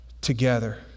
together